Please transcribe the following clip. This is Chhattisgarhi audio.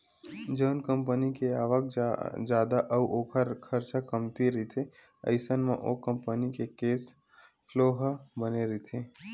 जउन कंपनी के आवक जादा अउ ओखर खरचा कमती रहिथे अइसन म ओ कंपनी के केस फ्लो ह बने रहिथे